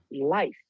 life